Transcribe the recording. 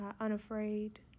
unafraid